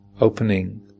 opening